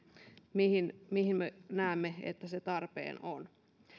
mihin me näemme että se tarpeen on